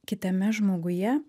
kitame žmoguje